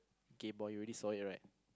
okay but you already saw it right